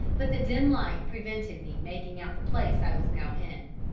but the dim light prevented me making out the place i was now in.